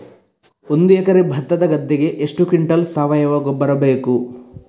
ಒಂದು ಎಕರೆ ಭತ್ತದ ಗದ್ದೆಗೆ ಎಷ್ಟು ಕ್ವಿಂಟಲ್ ಸಾವಯವ ಗೊಬ್ಬರ ಬೇಕು?